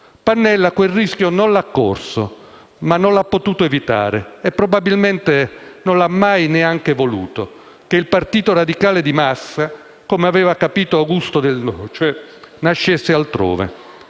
Pannella quel rischio non l'ha corso, ma non ha potuto evitare - e probabilmente non l'ha mai neanche voluto - che il Partito Radicale di massa, come aveva capito Augusto Del Noce, nascesse altrove.